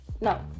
No